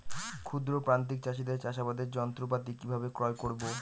ক্ষুদ্র প্রান্তিক চাষীদের চাষাবাদের যন্ত্রপাতি কিভাবে ক্রয় করব?